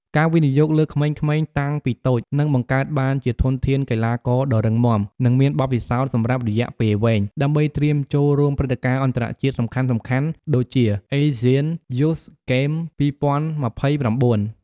ការវិនិយោគលើក្មេងៗតាំងពីតូច នឹងបង្កើតបានជាធនធានកីឡាករដ៏រឹងមាំ និងមានបទពិសោធន៍សម្រាប់រយៈពេលវែង ដើម្បីត្រៀមចូលរួមព្រឹត្តិការណ៍អន្តរជាតិសំខាន់ៗ ដូចជា Asian Youth Games 2029។